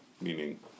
meaning